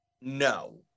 No